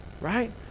right